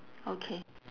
okay